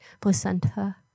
placenta